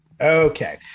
okay